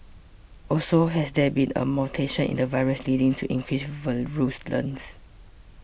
also has there been a mutation in the virus leading to increased virulence